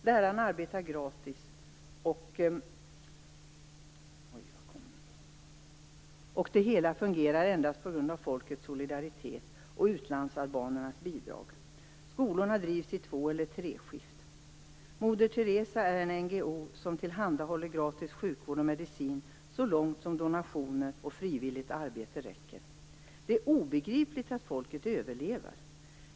Lärarna arbetar gratis, och det hela fungerar endast på grund av folkets solidaritet och utlandsalbanernas bidrag. Skolorna drivs i två eller treskift. Moder Theresa är en NGO som tillhandahåller gratis sjukvård och medicin så långt som donationer och frivilligt arbete räcker. Det är obegripligt att folket överlever.